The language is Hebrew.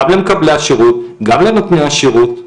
גם למקבלי השירות, גם לנותני השירות.